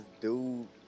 dude